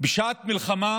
בשעת מלחמה